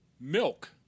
milk